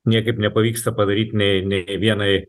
niekaip nepavyksta padaryt nei nei vienai